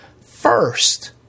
first